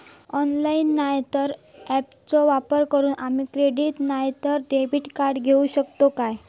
Online नाय तर ऍपचो वापर करून आम्ही क्रेडिट नाय तर डेबिट कार्ड घेऊ शकतो का?